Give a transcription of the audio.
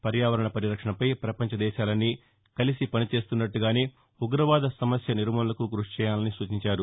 పర్యావరణ పరిరక్షణపై ప్రపంచ దేశాలన్నీ కలిసి పనిచేస్తున్నట్టుగానే ఉగ్రవాదం సమస్య నిర్మూలనకూ కృషి చేయాలని సూచించారు